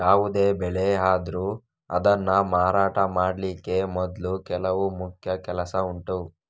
ಯಾವುದೇ ಬೆಳೆ ಆದ್ರೂ ಅದನ್ನ ಮಾರಾಟ ಮಾಡ್ಲಿಕ್ಕೆ ಮೊದ್ಲು ಕೆಲವು ಮುಖ್ಯ ಕೆಲಸ ಉಂಟು